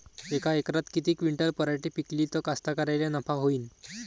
यका एकरात किती क्विंटल पराटी पिकली त कास्तकाराइले नफा होईन?